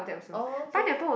oh okay